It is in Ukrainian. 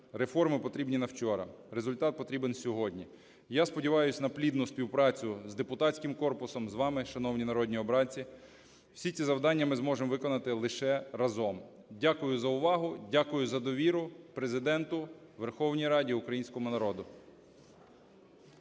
Реформи потрібні на вчора. Результат потрібен сьогодні. Я сподіваюсь на плідну співпрацю з депутатським корпусом, з вами, шановні народні обранці. Всі ці завдання ми зможемо виконати лише разом. Дякую за увагу. Дякую за довіру Президенту, Верховній Раді, українському народу.